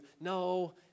no